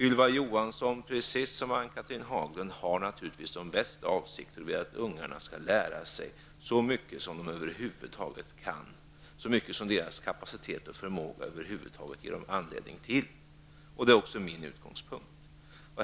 Ylva Johansson har precis som Ann-Cathrine Haglund naturligtvis de bästa avsikter och vill att ungarna skall lära sig så mycket som de över huvud taget kan, så mycket som deras kapacitet och förmåga över huvud taget ger dem anledning till. Det är också min utgångspunkt.